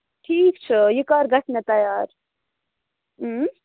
ٹھیٖک چھُ یہِ کَر گَژھِ مےٚ تَیار اۭں